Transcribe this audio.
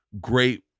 great